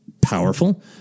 powerful